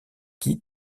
qui